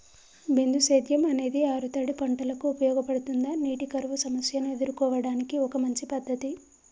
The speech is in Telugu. బిందు సేద్యం అనేది ఆరుతడి పంటలకు ఉపయోగపడుతుందా నీటి కరువు సమస్యను ఎదుర్కోవడానికి ఒక మంచి పద్ధతి?